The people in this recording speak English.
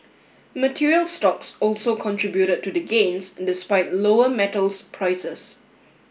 materials stocks also contributed to the gains despite lower metals prices